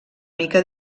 mica